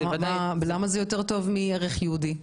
למה זה יותר טוב מערך יהודי?